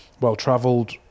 well-travelled